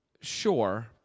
sure